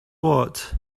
what